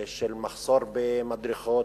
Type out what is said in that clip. של מחסור במדרכות.